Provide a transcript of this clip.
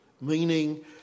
meaning